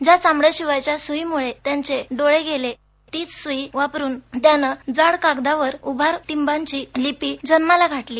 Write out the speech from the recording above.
ज्या चामडं शिवण्याच्या सुईमुळे त्याचे डोळे गेले तीच सुई वापरून त्यान जाड कागदावर उभार टिंबांची लिपी जन्माला घातली